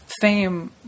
fame